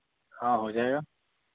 हाँ हो जाएगा